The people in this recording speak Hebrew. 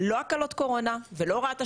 לא הקלות קורונה ולא הוראת השעה,